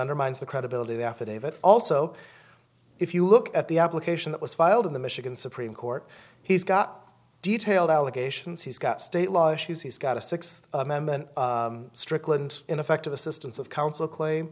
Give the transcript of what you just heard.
undermines the credibility affidavit also if you look at the application that was filed in the michigan supreme court he's got detailed allegations he's got state law issues he's got a sixth amendment strickland ineffective assistance of counsel claim